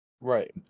Right